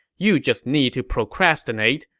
you just need to procrastinate,